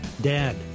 Dad